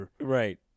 right